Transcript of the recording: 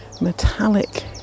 metallic